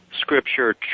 Scripture